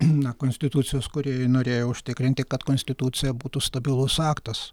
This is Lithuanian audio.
na konstitucijos kūrėjai norėjo užtikrinti kad konstitucija būtų stabilus aktas